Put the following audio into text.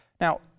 Now